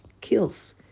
kills